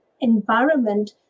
environment